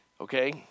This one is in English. Okay